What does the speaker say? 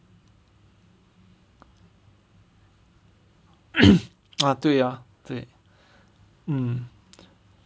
ah 对 ah 对 mm